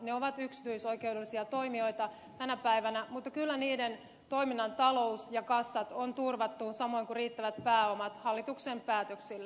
ne ovat yksityisoikeudellisia toimijoita tänä päivänä mutta kyllä niiden toiminnan talous ja kassat on turvattu samoin kuin riittävät pääomat hallituksen päätöksillä